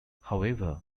however